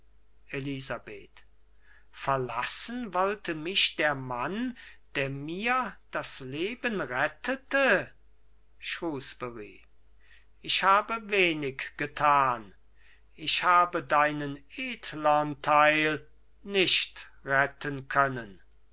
elisabeth verlassen wollte mich der mann der mir das leben rettete shrewsbury ich habe wenig getan ich habe deinen edlern teil nicht retten können